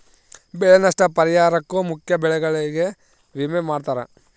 ಬೆಳೆ ನಷ್ಟ ಪರಿಹಾರುಕ್ಕ ಮುಖ್ಯ ಬೆಳೆಗಳಿಗೆ ವಿಮೆ ಮಾಡ್ತಾರ